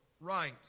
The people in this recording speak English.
right